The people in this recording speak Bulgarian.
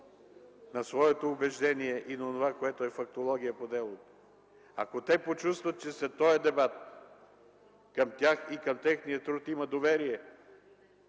на своето убеждение и на онова, което е фактология по делото; ако те почувстват, че след този дебат към тях и към техния труд има доверие,